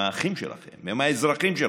הם האחים שלכם, הם האזרחים שלכם.